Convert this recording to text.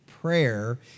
prayer